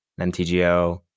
MTGO